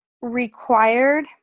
required